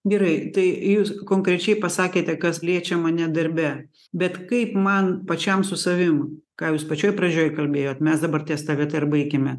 gerai tai jūs konkrečiai pasakėte kas liečia mane darbe bet kaip man pačiam su savim ką jūs pačioj pradžioj kalbėjot mes dabar ties ta vieta ir baikime